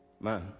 man